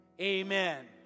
amen